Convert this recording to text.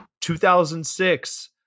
2006